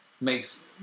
makes